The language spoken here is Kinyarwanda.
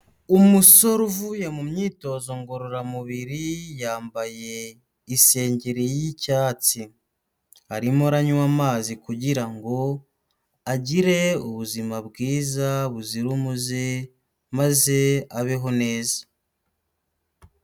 Umusore uvuye mu myitozo ngororamubiri, yambaye isengeri y'icyatsi, arimo aranywa amazi kugira ngo agire ubuzima bwiza buzira umuze maze abeho neza.